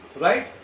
right